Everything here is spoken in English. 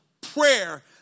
prayer